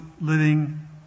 living